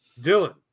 Dylan